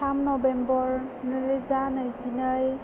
थाम नभेम्बर नैरोजा नैजिनै